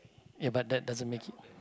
ya but that doesn't make it